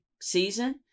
season